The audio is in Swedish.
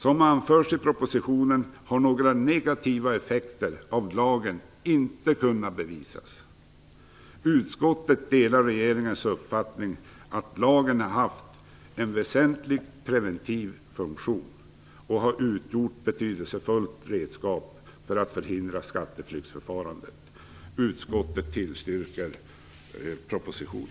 Som anförs i propositionen har några negativa effekter av lagen inte kunnat bevisas. Utskottet delar regeringens uppfattning att lagen har haft en väsentlig preventiv funktion och har utgjort ett betydelsefullt redskap för att förhindra skatteflyktsförfaranden.